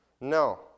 No